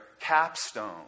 capstone